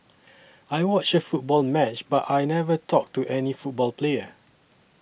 I watched a football match but I never talked to any football player